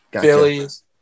Phillies